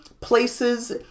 places